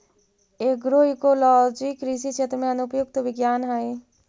agroecology कृषि क्षेत्र में अनुप्रयुक्त विज्ञान हइ